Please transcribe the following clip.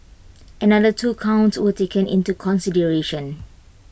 another two counts were taken into consideration